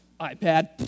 iPad